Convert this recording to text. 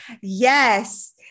Yes